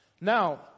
Now